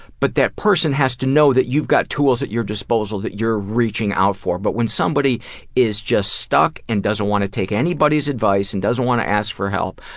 but that person has to know that you've got tools at your disposal that you're reaching out for, but when somebody is just stuck and doesn't want to take anybody's advice and doesn't want to ask for help,